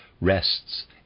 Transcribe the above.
rests